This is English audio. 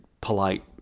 polite